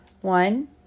one